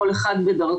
כל אחד בדרכו.